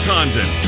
Condon